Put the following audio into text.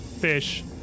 fish